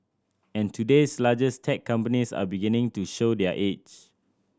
and today's largest tech companies are beginning to show their age